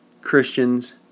Christians